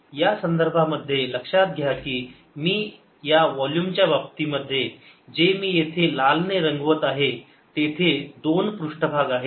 या संदर्भामध्ये लक्षात घ्या की मी या वोल्युम च्या बाबतीत जे मी येथे लाल ने रंगवत आहे तेथे 2 पृष्ठभाग आहेत